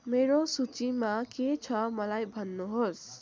मेरो सूचीमा के छ मलाई भन्नुहोस्